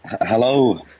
Hello